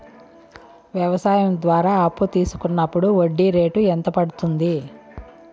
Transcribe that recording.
వ్యవసాయం ద్వారా అప్పు తీసుకున్నప్పుడు వడ్డీ రేటు ఎంత పడ్తుంది